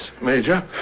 Major